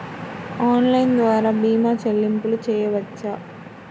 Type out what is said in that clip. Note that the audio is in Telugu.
ఆన్లైన్ ద్వార భీమా చెల్లింపులు చేయవచ్చా?